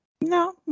No